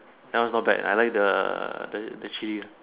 that one is not bad I like the the chili